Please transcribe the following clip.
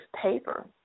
paper